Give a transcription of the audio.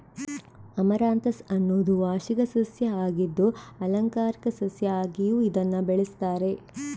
amaranthus ಅನ್ನುದು ವಾರ್ಷಿಕ ಸಸ್ಯ ಆಗಿದ್ದು ಆಲಂಕಾರಿಕ ಸಸ್ಯ ಆಗಿಯೂ ಇದನ್ನ ಬೆಳೆಸ್ತಾರೆ